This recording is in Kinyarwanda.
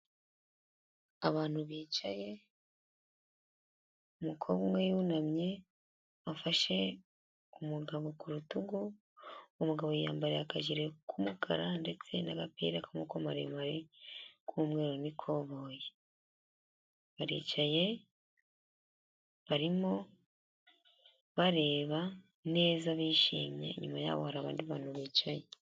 Abantu bicaye umukobwa umwe yunamye afashe umugabo ku rutugu, umugabo yiyambaye akajire k'umukara ndetse n'agapira k'amaboko maremare k'umweru n'ikoboyi, baricaye barimo bareba neza bishimye, inyuma yabo hari abandi bantu bicaye.